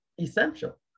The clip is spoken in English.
essential